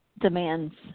demands